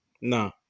no